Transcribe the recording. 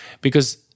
Because-